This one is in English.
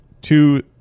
two